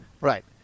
Right